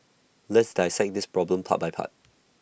let's dissect this problem part by part